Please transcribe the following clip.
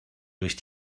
durch